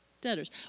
debtors